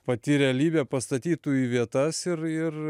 pati realybė pastatytų į vietas ir ir